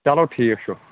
چلو ٹھیٖک چھُ